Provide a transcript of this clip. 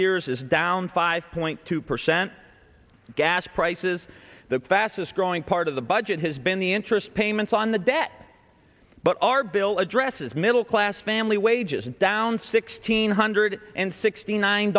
years is down five point two percent gas prices the fastest growing part of the budget has been the interest payments on the debt but our bill addresses middle class family wages down sixteen hundred and sixty nine